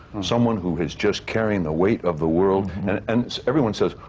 someone who is just carrying the weight of the world. and everyone says,